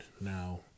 now